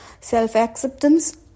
Self-acceptance